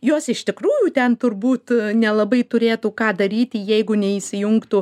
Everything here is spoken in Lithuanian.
jos iš tikrųjų ten turbūt nelabai turėtų ką daryti jeigu neįsijungtų